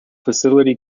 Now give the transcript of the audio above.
facility